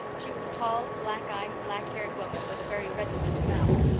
she was a tall black-eyed, black-haired woman, with a very resolute mouth.